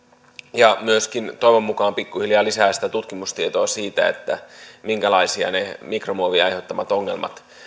ja myöskin toivon mukaan pikkuhiljaa lisää sitä tutkimustietoa siitä minkälaisia ne mikromuovin aiheuttamat ongelmat